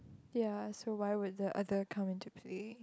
ya so why would the other come into play